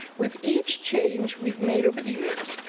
with each change we've made over the years,